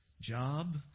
job